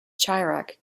chirac